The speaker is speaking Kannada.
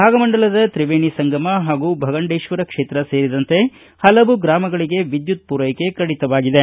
ಭಾಗಮಂಡಲದ ತ್ರಿವೇಣಿ ಸಂಗಮ ಹಾಗೂ ಭಗಂಡೇಶ್ವರ ಕ್ಷೇತ್ರ ಸೇರಿದಂತೆ ಹಲವು ಗ್ರಾಮಗಳಗೆ ವಿದ್ಯುತ್ ಪೂರೈಕೆ ಕಡಿತವಾಗಿದೆ